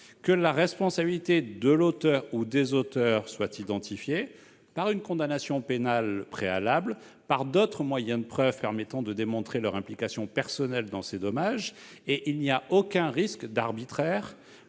que la responsabilité de l'auteur ou des auteurs soit identifiée par une condamnation pénale préalable et par d'autres moyens de preuve permettant de démontrer leur implication personnelle dans ces dommages. Il n'existe, en la matière, aucun risque d'arbitraire,